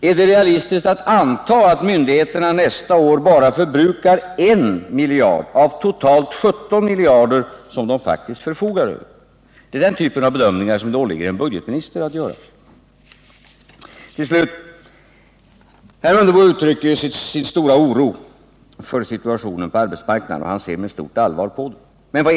Är det realistiskt att anta att myndigheterna nästa år förbrukar bara 1 miljard av totalt 17 miljarder, som de faktiskt förfogar över? Det är den typen av bedömningar som det åligger en budgetminister att göra. Till slut: Herr Mundebo uttrycker ju sin stora oro för situationen på arbetsmarknaden, men vad är det han säger?